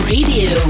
Radio